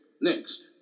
next